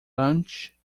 lunch